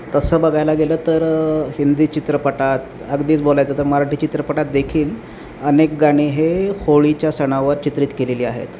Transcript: तसं बघायला गेलं तर हिंदी चित्रपटात अगदीच बोलायचं तर मराठी चित्रपटात देखील अनेक गाणी हे होळीच्या सणावर चित्रित केलेली आहेत